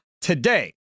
today